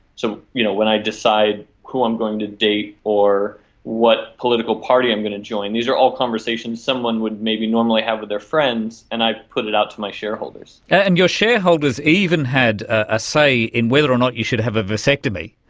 so you know when i decide who i'm going to date or what political party i'm going to join, these are all conversation someone would maybe normally have with their friends, and i put it out to my shareholders. and your shareholders even had a say in whether or not you should have a vasectomy,